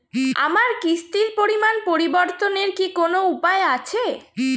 আমার কিস্তির পরিমাণ পরিবর্তনের কি কোনো উপায় আছে?